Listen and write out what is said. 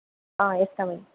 ah yes come in